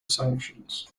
sanctions